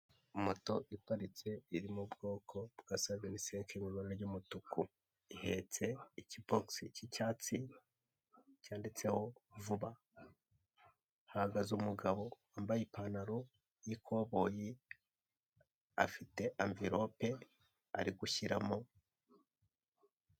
Moto iparitse iri mubwoko bwa savenisenke mu ibara ry'umutuku ihetse iki bogisi cy'icyatsi cyanditseho vuba, hahagaze umugabo wambaye ipantaro y'ikoboyi afite amverope ari gushyiramo.